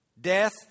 death